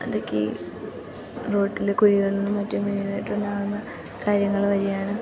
ഇതൊക്കെ ഈ റോട്ടില് കുഴികളിലും മറ്റും വീണിട്ടുണ്ടാകുന്ന കാര്യങ്ങള് വഴിയാണ്